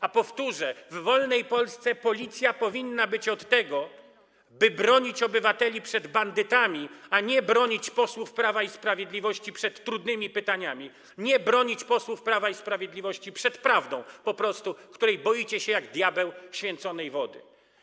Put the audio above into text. A powtórzę: w wolnej Polsce policja powinna być od tego, by bronić obywateli przed bandytami, a nie bronić posłów Prawa i Sprawiedliwości przed trudnymi pytaniami, nie bronić posłów Prawa i Sprawiedliwości po prostu przed prawdą, której boicie się jak diabeł święconej wody.